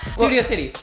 studio city.